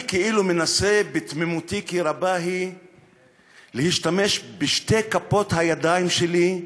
אני כאילו מנסה בתמימותי כי רבה להשתמש בשתי כפות הידיים שלי,